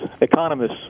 Economists